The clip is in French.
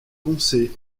poncé